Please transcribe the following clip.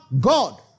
God